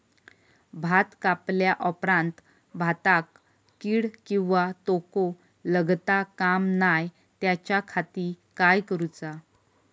भात कापल्या ऑप्रात भाताक कीड किंवा तोको लगता काम नाय त्याच्या खाती काय करुचा?